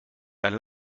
dann